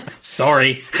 Sorry